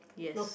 yes